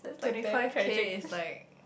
twenty five K is like